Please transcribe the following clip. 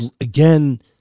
again